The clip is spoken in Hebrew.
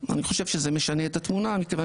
אני חושב שזה משנה את התמונה מכיוון